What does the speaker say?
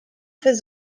his